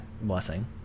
blessing